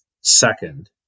second